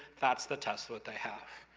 that's the test what they have.